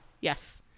Yes